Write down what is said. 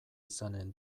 izanen